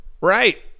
Right